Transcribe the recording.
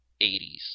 80s